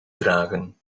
dragen